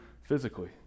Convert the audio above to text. physically